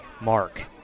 mark